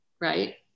right